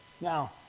Now